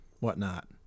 whatnot